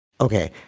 okay